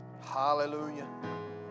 Hallelujah